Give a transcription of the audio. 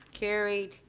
carried.